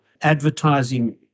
advertising